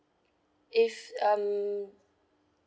if um